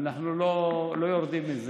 אנחנו לא יורדים מזה.